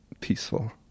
peaceful